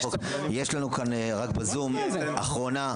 יש לנו בזום, אחרונה,